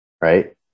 right